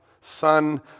Son